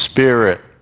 Spirit